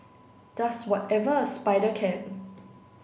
does whatever a Spider can